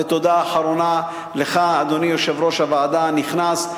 ותודה אחרונה לך, אדוני יושב-ראש הוועדה הנכנס.